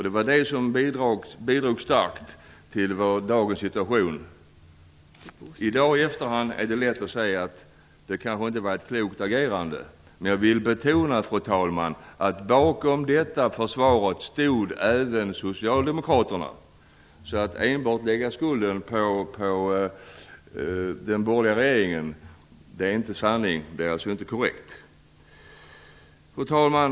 Det agerandet bidrog starkt till dagens situation. Det är lätt att i efterhand säga att det kanske inte var så klokt. Men jag vill betona, fru talman, att även socialdemokraterna stod bakom detta försvar. Att enbart lägga skulden på den borgerliga regeringen är inte korrekt. Fru talman!